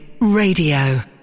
Radio